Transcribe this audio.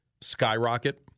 skyrocket